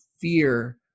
fear